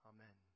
Amen